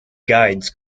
guides